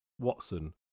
Watson